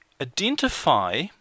identify